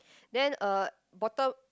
then uh bottom